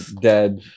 dead